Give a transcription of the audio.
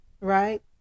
right